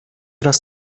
raz